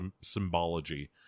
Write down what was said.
symbology